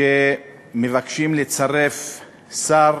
שמבקשים לצרף שר